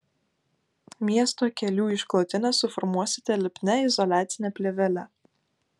miesto kelių išklotinę suformuosite lipnia izoliacine plėvele